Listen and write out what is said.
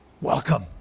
Welcome